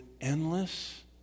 endless